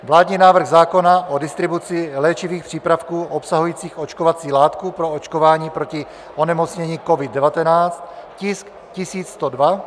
vládní návrh zákona o distribuci léčivých přípravků obsahujících očkovací látku pro očkování proti onemocnění COVID19, tisk 1102,